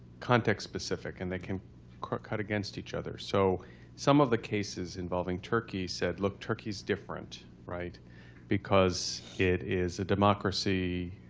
context-specific. and they can cut against each other. so some of the cases involving turkey said, look. turkey is different. because it is a democracy.